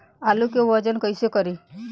आलू के वजन कैसे करी?